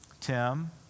Tim